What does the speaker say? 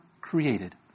created